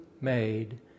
made